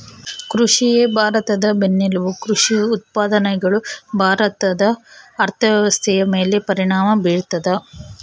ಕೃಷಿಯೇ ಭಾರತದ ಬೆನ್ನೆಲುಬು ಕೃಷಿ ಉತ್ಪಾದನೆಗಳು ಭಾರತದ ಅರ್ಥವ್ಯವಸ್ಥೆಯ ಮೇಲೆ ಪರಿಣಾಮ ಬೀರ್ತದ